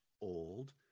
old